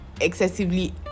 excessively